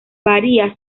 varía